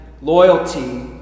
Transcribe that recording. loyalty